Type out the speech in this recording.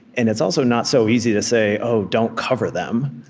and it's also not so easy to say, oh, don't cover them,